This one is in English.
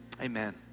Amen